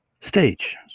stage